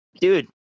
Dude